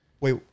Wait